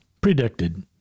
predicted